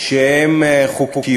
שהן חוקיות,